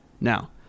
Now